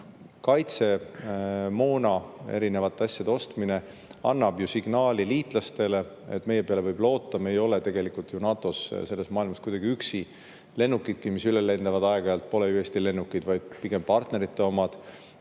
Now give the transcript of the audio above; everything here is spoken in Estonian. seotud erinevate asjade ostmine annab ju signaali liitlastele, et meie peale võib loota, kuna me ei ole tegelikult ju NATO-s ega selles maailmas kuidagi üksi: lennukidki, mis üle meie lendavad aeg-ajalt, pole ju Eesti lennukid, vaid pigem partnerite omad;